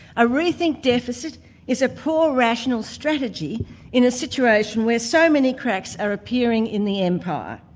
a re-think deficit is a poor rational strategy in a situation where so many cracks are appearing in the empire,